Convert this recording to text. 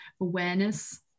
awareness